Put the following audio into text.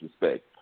respect